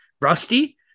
rusty